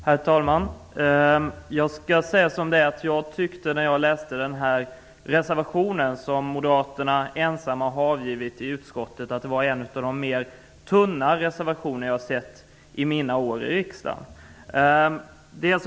Herr talman! Jag skall säga som det är. När jag läste den reservation i utskottet som Moderaterna är ensamma om, tyckte jag att det var en av de mer tunna reservationer som jag har sett under mina år i riksdagen.